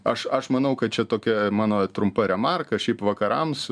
aš aš manau kad čia tokia mano trumpa remarka šiaip vakarams